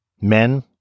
Men